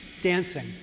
dancing